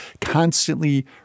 constantly